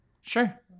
Sure